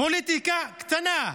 פוליטיקה קטנה,